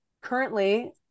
currently